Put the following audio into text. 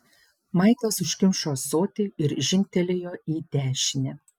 maiklas užkimšo ąsotį ir žingtelėjo į dešinę